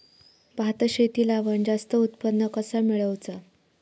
भात शेती लावण जास्त उत्पन्न कसा मेळवचा?